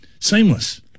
seamless